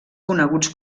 coneguts